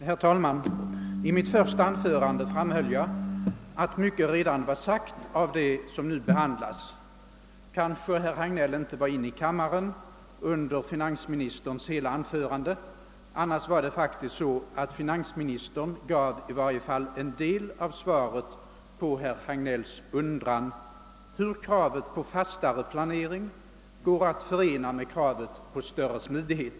Herr talman! I mitt första anförande framhöll jag att mycket av det som nu behandlas har tagits upp redan tidigare. Kanske var herr Hagnell inte inne i kammaren under finansministerns hela anförande. Finansministern gav faktiskt i varje fall en del av svaret på herr Hagnells undran hur kravet på fastare planering kan förenas med kravet på större smidighet.